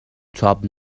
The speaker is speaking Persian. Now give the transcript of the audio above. تاب